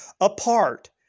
apart